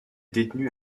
détenu